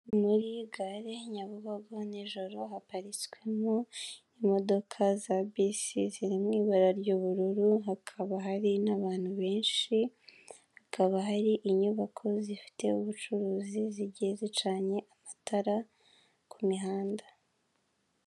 Agasorori gakozwe muri purastike, amagi atatu hateretsemo akandi kantu byose biri ku meza, intebe, akabati.